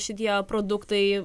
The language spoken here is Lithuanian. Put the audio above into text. šitie produktai